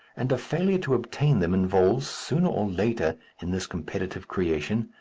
and a failure to obtain them involves, sooner or later, in this competitive creation,